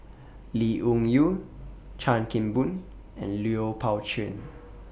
Lee Wung Yew Chan Kim Boon and Lui Pao Chuen